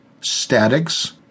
statics